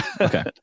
Okay